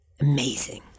Amazing